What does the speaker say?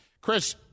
Chris